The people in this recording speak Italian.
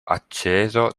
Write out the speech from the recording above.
acceso